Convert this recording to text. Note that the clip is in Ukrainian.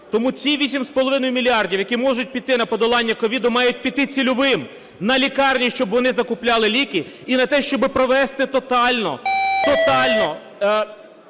половиною мільярдів, які можуть піти на подолання COVID, мають піти цільовим, на лікарні, щоб вони закупляли ліки, і на те, щоб провести тотально,